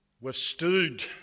withstood